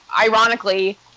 ironically